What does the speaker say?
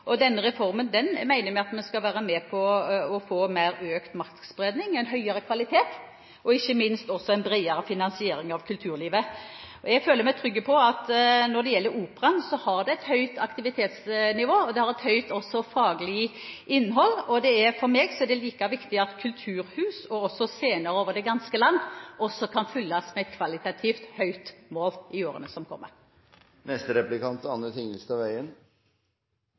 kulturpolitikken. Denne reformen mener vi skal være med på å skape en større maktspredning, en høyere kvalitet og, ikke minst, en bredere finansiering av kulturlivet. Når det gjelder operaen, føler jeg meg trygg på at den har et høyt aktivitetsnivå og et godt faglig innhold. For meg er det like viktig at også kulturhus og scener over det ganske land fylles med kvalitativt høye mål i årene som